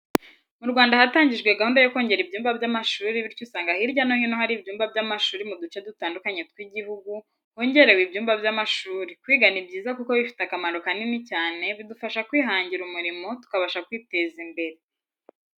Mu Rwanda hatangijwe gahunda yo kongera ibyumba by'amashuri bityo usanga hirya no hino hari ibyumba by'amashuri muduce dutandukanye tw'igihugu hongerewe ibyumba by'amashuri kwiga nibyiza kuko bifite akamaro kanini cyane bidufasha kwihangira umurimo tukabasha kwiteza imbere.